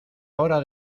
hora